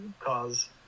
cause